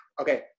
Okay